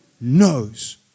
knows